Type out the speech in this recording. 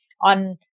on